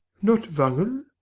not wangel?